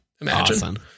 imagine